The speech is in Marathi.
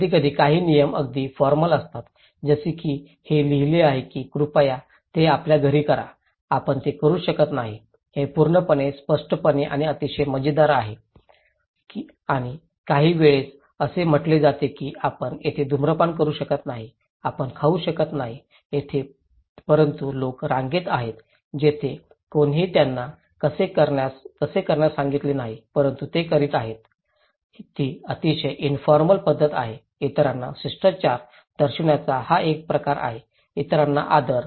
कधीकधी काही नियम अगदी फॉर्मल असतात जसे की हे लिहिले आहे की कृपया ते आपल्या घरी करा आपण ते करू शकत नाही हे पूर्णपणे स्पष्टपणे आणि अतिशय मजेदार आहे आणि काहीवेळेस असे म्हटले जाते की आपण येथे धूम्रपान करू शकत नाही आपण खाऊ शकत नाही येथे परंतु लोक रांगेत आहेत जेथे कोणीही त्यांना तसे करण्यास सांगितले नाही परंतु ते करीत आहेत ही अतिशय इनफॉर्मल पद्धत आहे इतरांना शिष्टाचार दर्शविण्याचा हा एक प्रकार आहे इतरांना आदर